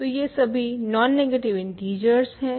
तो ये सभी नॉन नेगटिव इन्टिजरस हैं